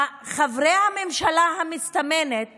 חברי הממשלה המסתמנת